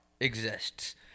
exists